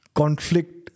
conflict